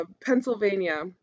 Pennsylvania